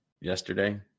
yesterday